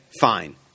fine